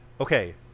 Okay